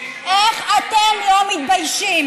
תפסיקי לשקר, איך אתם לא מתביישים.